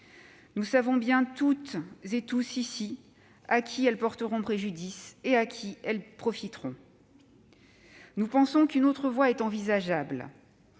Nous savons bien toutes et tous ici à qui ces réformes porteront préjudice et à qui elles profiteront. Nous pensons qu'une autre voie est envisageable.